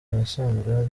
ahasanzwe